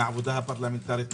מהעבודה הפרלמנטרית,